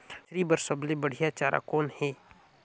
मछरी बर सबले बढ़िया चारा कौन हे?